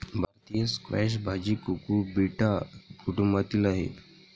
भारतीय स्क्वॅश भाजी कुकुबिटा कुटुंबातील आहे